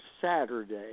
Saturday